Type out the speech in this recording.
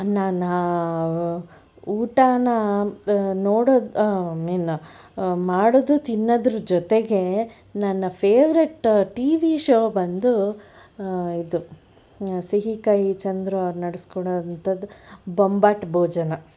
ಅನ್ನನ ಊಟನ ನೋಡೋ ಐ ಮೀನ್ ಮಾಡೋದು ತಿನ್ನೋದ್ರ ಜೊತೆಗೆ ನನ್ನ ಫೇವರಿಟ್ ಟಿ ವಿ ಶೋ ಬಂದು ಇದು ಸಿಹಿಕಹಿ ಚಂದ್ರು ಅವ್ರು ನಡೆಸಿಕೊಡೊವಂಥದ್ದು ಬೊಂಬಾಟ್ ಭೋಜನ